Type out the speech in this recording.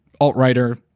alt-writer